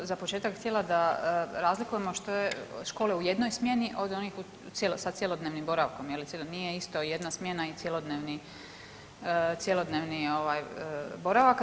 Ja bih samo za početak htjela da razlikujemo što je škole u jednoj smjeni od onih sa cjelodnevnim boravkom, jel nije isto jedna smjena i cjelodnevni boravak.